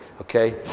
Okay